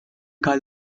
call